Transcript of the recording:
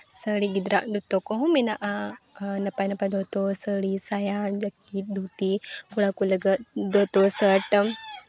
ᱥᱟᱹᱲᱤ ᱜᱤᱫᱽᱨᱟᱹ ᱟᱜ ᱫᱚᱛᱚ ᱠᱚᱦᱚᱸ ᱢᱮᱱᱟᱜᱼᱟ ᱱᱟᱯᱟᱭ ᱱᱟᱯᱟᱭ ᱫᱚᱛᱚ ᱥᱟᱹᱲᱤ ᱥᱟᱭᱟ ᱡᱟᱹᱴᱠᱤ ᱫᱷᱩᱛᱤ ᱠᱚᱲᱟ ᱠᱚ ᱞᱟᱹᱜᱤᱫ ᱫᱚᱛᱚ ᱥᱟᱨᱴᱟᱢ